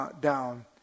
down